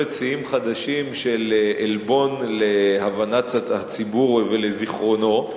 שיאים חדשים של עלבון להבנת הציבור ולזיכרונו.